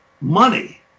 Money